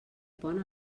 pont